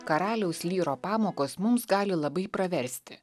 karaliaus lyro pamokos mums gali labai praversti